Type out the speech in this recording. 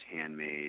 handmade –